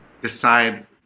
decide